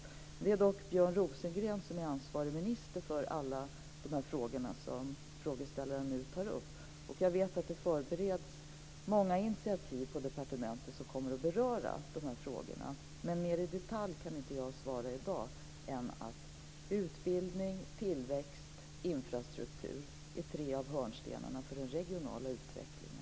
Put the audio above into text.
Det är dock Björn Rosengren som är ansvarig minister för de frågor som frågeställaren tar upp. Jag vet att det förbereds många initiativ på departementet som kommer att beröra de här frågorna. Jag kan inte svara mer i detalj i dag än att utbildning, tillväxt och infrastruktur är tre av hörnstenarna för den regionala utvecklingen.